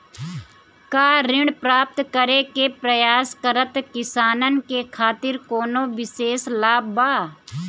का ऋण प्राप्त करे के प्रयास करत किसानन के खातिर कोनो विशेष लाभ बा